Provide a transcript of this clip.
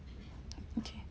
okay